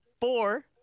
four